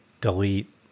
delete